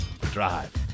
Drive